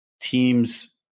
teams